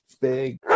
Big